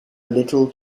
little